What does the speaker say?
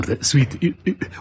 sweet